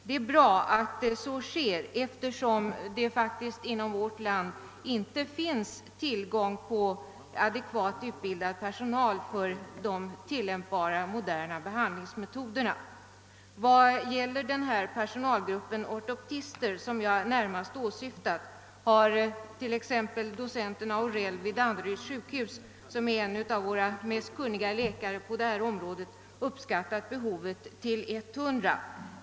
Det är bra att så är fallet, eftersom det faktiskt inom vårt land inte finns tillgång till adekvat utbildad personal för de tillämpbara moderna behandlingsmetoderna. Vad gäller personalgruppen ortoptister, som jag närmast åsyftat, har t.ex. docenten Aurell vid Danderyds sjukhus, som är en av våra mest kunniga läkare på detta område, uppskattat behovet till 100 sådana.